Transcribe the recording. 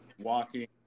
walking